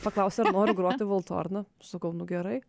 paklausė ar noriu groti valtorna sakau nu gerai